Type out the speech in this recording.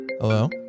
Hello